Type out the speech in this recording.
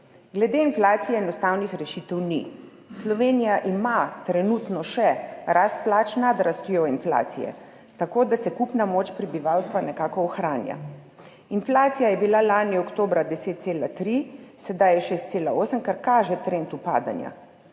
Glede inflacije enostavnih rešitev ni. Slovenija ima trenutno še rast plač nad rastjo inflacije, tako da se kupna moč prebivalstva nekako ohranja. Inflacija je bila lani oktobra 10,3, sedaj je, 6,8, kar kaže trend upadanja. Analize